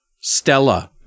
Stella